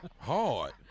Hard